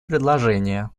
предложения